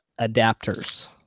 adapters